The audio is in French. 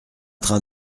train